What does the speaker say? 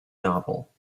novel